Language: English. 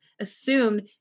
assumed